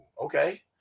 okay